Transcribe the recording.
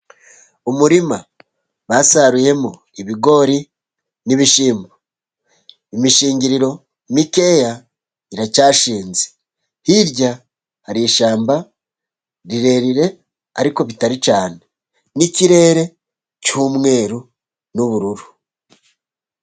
Umurima basaruyemo ibigori n' ibishimbo, imishingiriro mikeya iracashinze, hirya hari ishyamba rirerire ariko bitari cyane, n' ikirere cy' umweru n' ubururu.